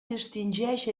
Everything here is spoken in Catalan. distingeix